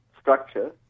structure